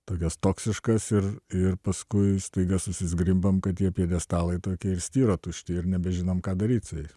tokias toksiškas ir ir paskui staiga susizgrimbam kad tie pjedestalai tokie ir styro tušti ir nebežinom ką daryt su jais